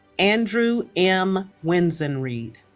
andrew m. winzenread